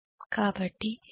4 ampere